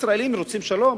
הישראלים רוצים שלום?